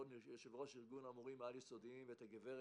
יושב-ראש ארגון המורים העל-יסודיים ואת הגב'